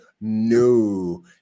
No